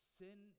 sin